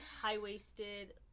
high-waisted